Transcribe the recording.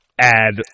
add